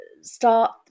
start